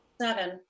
Seven